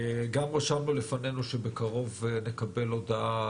גם רשמנו לפנינו שבקרוב נקבל הודעה